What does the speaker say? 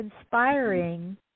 inspiring